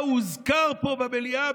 כמה הוזכר פה במליאה,